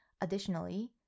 Additionally